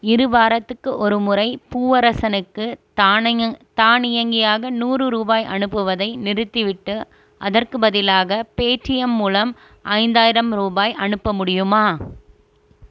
இரு வாரத்துக்கு ஒருமுறை பூவரசனுக்கு தானியங்கியாக நூறு ரூபாய் அனுப்புவதை நிறுத்திவிட்டு அதற்குப் பதிலாக பேடீஎம் மூலம் ஐந்தாயிரம் ரூபாய் அனுப்ப முடியுமா